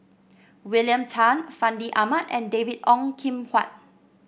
William Tan Fandi Ahmad and David Ong Kim Huat